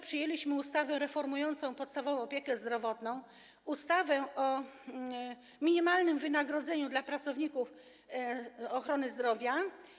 Przyjęliśmy także ustawę reformującą podstawową opiekę zdrowotną, ustawę o minimalnym wynagrodzeniu dla pracowników ochrony zdrowia.